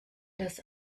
das